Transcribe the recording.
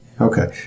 Okay